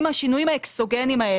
אם השינויים האקסוגניים,